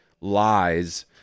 lies